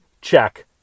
check